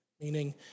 meaning